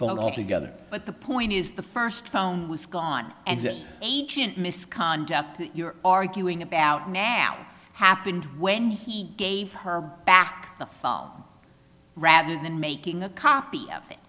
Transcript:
phone altogether but the point is the first phone was gone and that agent misconduct that you're arguing about now happened when he gave her back the phone rather than making a copy of it